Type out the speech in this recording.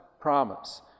promise